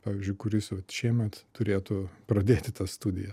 pavyzdžiui kuris vat šiemet turėtų pradėti tas studijas